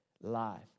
life